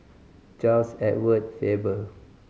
Charles Edward Faber